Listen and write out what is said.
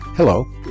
Hello